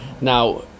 Now